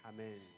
Amen